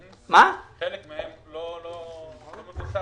כן, חלקן לא מבוצע,